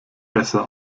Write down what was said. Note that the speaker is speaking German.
besser